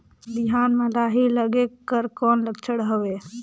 बिहान म लाही लगेक कर कौन लक्षण हवे?